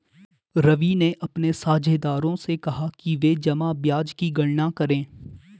रवि ने अपने साझेदारों से कहा कि वे जमा ब्याज की गणना करें